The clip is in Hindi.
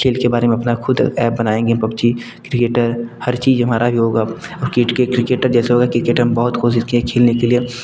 खेल के बारे में अपना ख़ुद ऐप बनाएँगे पबजी क्रिकेटर हर चीज़ हमारा भी होगा क्रिकेट के जैसे क्रिकेट हम बहुत कोशिश किए हैं खेलने के लिए